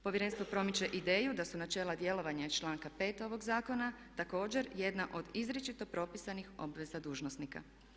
Povjerenstvo promiče ideju da su načela djelovanja iz članka 5. ovog zakona također jedna od izričito propisanih obveza dužnosnika.